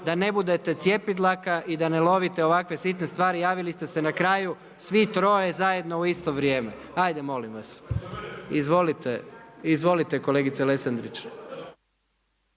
da ne budete cjepidlaka i da ne lovite ovakve sitne stvari. Javili ste se na kraju, svi troje, zajedno u isto vrijeme. Ajde molim vas. Izvolite kolegice Lesandrić.